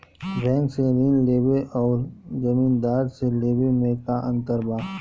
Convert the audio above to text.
Bank से ऋण लेवे अउर जमींदार से लेवे मे का अंतर बा?